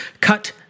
Cut